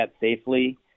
safely